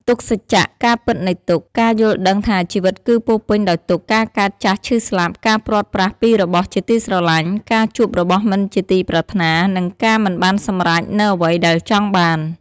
ទុក្ខសច្ចៈ ការពិតនៃទុក្ខ ការយល់ដឹងថាជីវិតគឺពោរពេញដោយទុក្ខ ការកើត ចាស់ ឈឺ ស្លាប់ ការព្រាត់ប្រាសពីរបស់ជាទីស្រឡាញ់ ការជួបរបស់មិនជាទីប្រាថ្នា និងការមិនបានសម្រេចនូវអ្វីដែលចង់បាន។